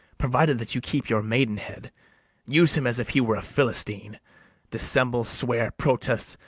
provided that you keep your maidenhead use him as if he were a philistine dissemble, swear, protest,